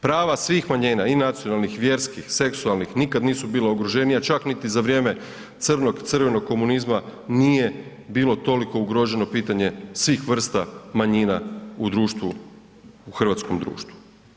Prava svih manjina i nacionalnih, vjerskih, seksualnih nikad nisu bila ugroženija čak niti za vrijeme crnog, crvenog komunizma nije bilo toliko ugroženo pitanje svih vrsta manjina u društvu, u hrvatskom društvu.